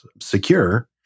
secure